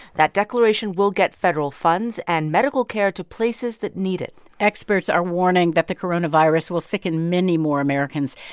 that declaration will get federal funds and medical care to places that need it experts are warning that the coronavirus will sicken many more americans.